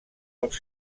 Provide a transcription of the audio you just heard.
els